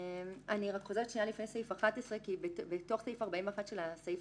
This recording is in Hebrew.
אני רק חוזרת לפני סעיף 11 כי בתוך סעיף 41 של סעיף